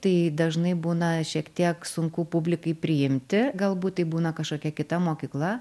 tai dažnai būna šiek tiek sunku publikai priimti galbūt tai būna kažkokia kita mokykla